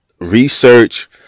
Research